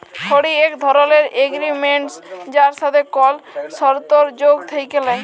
হুঁড়ি এক ধরলের এগরিমেনট যার সাথে কল সরতর্ যোগ থ্যাকে ল্যায়